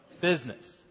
business